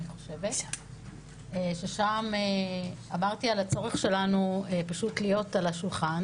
אני חושבת ששם עמדתי על הצורך שלנו פשוט להיות שם על השולחן